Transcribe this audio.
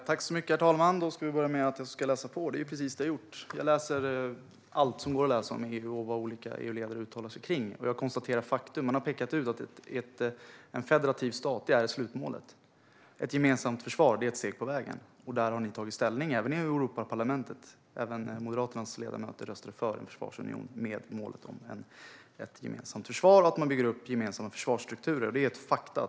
Herr talman! Vi ska börja med att jag ska läsa på. Det är precis det jag gjort. Jag läser allt som går att läsa om EU och vad olika EU-ledare uttalar sig om. Jag konstaterar faktum. Man har pekat ut att en federativ stat är slutmålet och ett gemensamt försvar ett steg på vägen. Där har ni tagit ställning även i Europaparlamentet, Karin Enström. Även Moderaternas ledamöter röstade för en försvarsunion med ett gemensamt försvar och att man bygger upp gemensamma försvarsstrukturer som mål. Det är fakta.